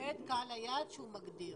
שהוא מגדיר.